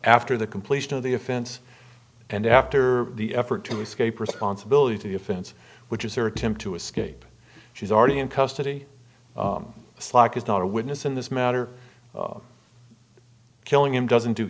after the completion of the offense and after the effort to escape responsibility to the offense which is their attempt to escape she's already in custody slack is not a witness in this matter killing him doesn't do